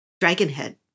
Dragonhead